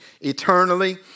eternally